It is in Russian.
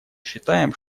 считаем